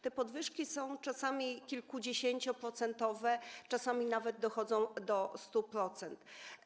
Te podwyżki są czasami kilkudziesięcioprocentowe, czasami nawet dochodzą do 100%.